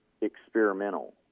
experimental